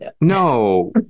no